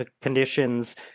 conditions